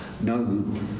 no